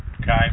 Okay